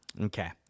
Okay